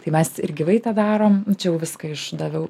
tai mes ir gyvai tą darom čia jau viską išdaviau